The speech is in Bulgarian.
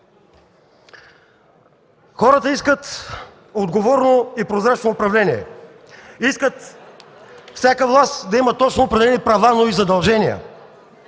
Хората искат отговорно и прозрачно управление, искат всяка власт да има точно определени права, но и задължения.